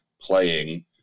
playing